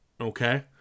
Okay